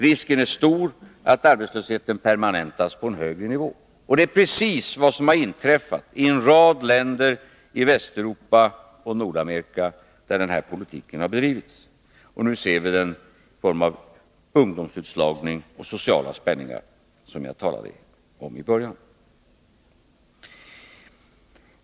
Risken är stor att arbetslösheten permanentas på en högre nivå. Det är precis vad som har inträffat i en rad länder i Västeuropa och i Nordamerika, där denna politik har bedrivits. Nu ser vi den i form av ungdomsutslagning och sociala spänningar, som jag talade om i början.